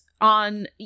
on